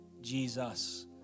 Jesus